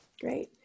great